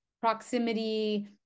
proximity